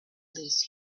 these